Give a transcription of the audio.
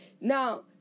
now